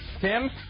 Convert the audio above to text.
Tim